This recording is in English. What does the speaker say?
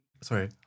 sorry